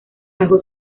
bajo